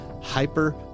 hyper